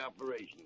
operation